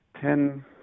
ten –